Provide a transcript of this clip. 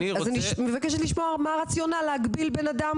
אז אני מבקשת לשמוע מה הרציונל להגביל בנאדם,